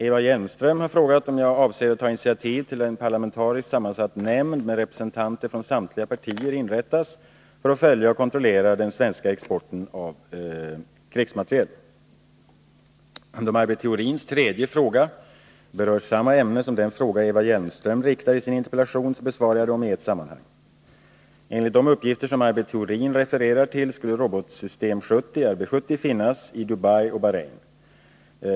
Eva Hjelmström har frågat om jag avser att ta initiativ till att en parlamentariskt sammansatt nämnd med representanter från samtliga partier inrättas för att följa och kontrollera den svenska exporten av krigsmateriel. Då Maj Britt Theorins tredje fråga berör samma ämne som den fråga Eva Hjelmström ställer i sin interpellation besvarar jag interpellationerna i ett sammanhang. Enligt de uppgifter som Maj Britt Theorin refererar till skulle robotsystem 70 finnas i Dubai och Bahrein.